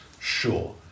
Sure